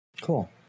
cool